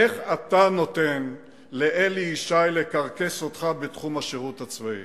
איך אתה נותן לאלי ישי לקרקס אותך בתחום השירות הצבאי?